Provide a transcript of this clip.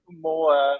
more